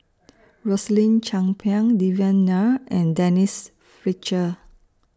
Rosaline Chan Pang Devan Nair and Denise Fletcher